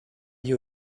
you